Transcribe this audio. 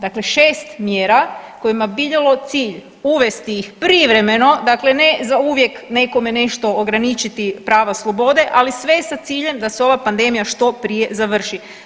Dakle šest mjera kojima bi imalo cilj uvesti ih privremeno, dakle ne zauvijek nekome nešto ograničiti prava slobode, ali sve sa ciljem da se ova pandemija što prije završi.